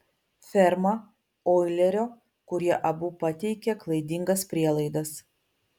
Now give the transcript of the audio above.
ferma oilerio kurie abu pateikė klaidingas prielaidas